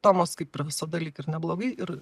tomas kaip ir visada lyg ir neblogai ir